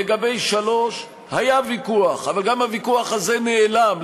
לגבי שלוש היה ויכוח, אבל גם הוויכוח הזה נעלם.